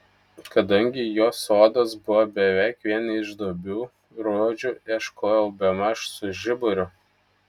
kadangi jos sodas buvo beveik vien iš duobių rožių ieškojau bemaž su žiburiu